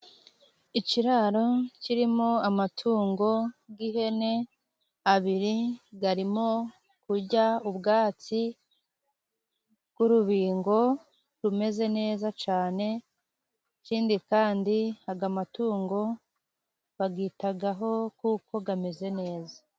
Ikiraro kirimo amatungo y'ihene abiri arimo kujya ubwatsi bw'urubingo rumeze neza cyane, ikindi kandi aga amatungo bagitaho kuko ameze neza.